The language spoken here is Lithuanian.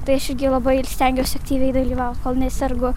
tai aš irgi labai stengiuosi aktyviai dalyvaut kol nesergu